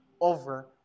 over